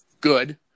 good